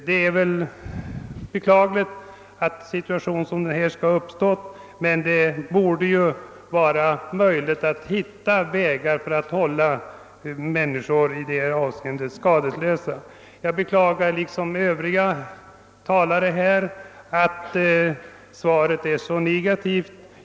Det är beklagligt att en situation som denna skall uppstå, men det borde vara möjligt att finna vägar för att hålla enskilda människor skadeslösa i detta avseende. Jag beklagar liksom de övriga frågeställarna att svaret är så negativt.